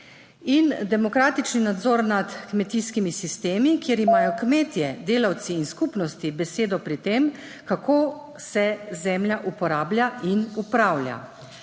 Demokratični nadzor nad kmetijskimi sistemi, kjer imajo kmetje, delavci in skupnosti besedo pri tem, kako se zemlja uporablja in upravlja.